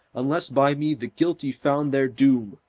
unless by me the guilty found their doom.